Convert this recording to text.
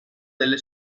delle